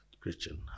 Christian